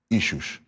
issues